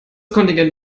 kontingent